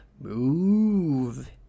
move